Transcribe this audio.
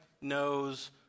knows